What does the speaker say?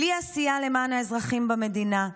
בלי עשייה למען האזרחים במדינה,